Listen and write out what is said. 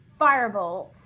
firebolt